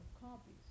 copies